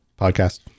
podcast